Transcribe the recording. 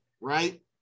right